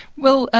well, ah